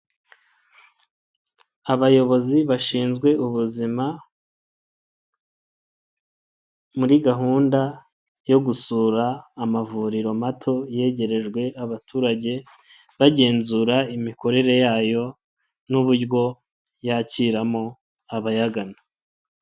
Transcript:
Abayobozi bashinzwe ubuzima, muri gahunda yo gusura amavuriro mato yegerejwe abaturage, bagenzura imikorere yayo n'uburyo yakiramo abayagana.